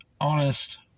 Honest